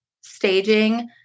staging